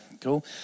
Cool